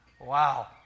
Wow